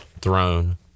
throne